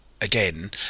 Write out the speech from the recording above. again